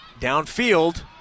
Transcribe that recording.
downfield